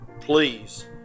Please